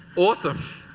awesome.